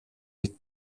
үед